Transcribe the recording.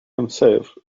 himself